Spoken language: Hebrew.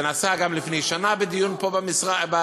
זה נעשה גם לפני שנה בדיון פה בכנסת,